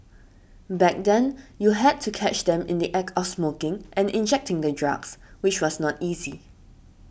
back then you had to catch them in the Act of smoking and injecting the drugs which was not easy